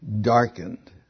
darkened